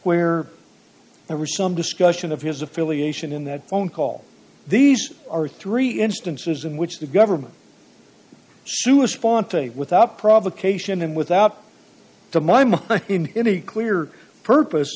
where there was some discussion of his affiliation in that phone call these are three instances in which the government without provocation and without to my mom in any clear purpose